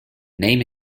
name